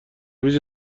ویژه